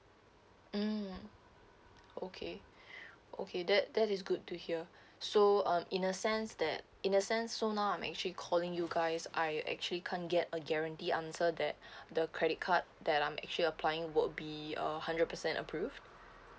mm okay okay that that is good to hear so um in a sense that in a sense so now I'm actually calling you guys are you actually can't get a guarantee answer that the credit card that I'm actually applying would be a hundred percent approved